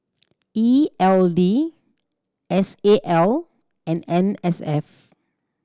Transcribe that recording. E L D S A L and N S F